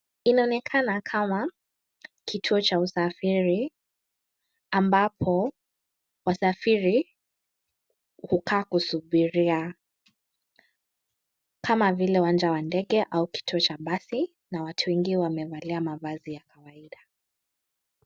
Inaonekana kama kituo cha usafiri, ambapo wasafiri hukaa kusubiria, kama vile, uwanja wa ndege au kituo cha basi na watu wengi wamevalia mavazi ya kawaida.